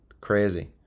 crazy